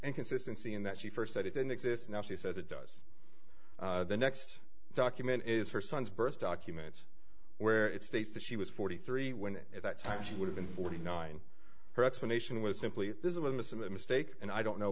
inconsistency in that she first said it didn't exist now she says it does the next document is her son's birth documents where it states that she was forty three when at that time she would have been forty nine her explanation was simply a mistake and i don't know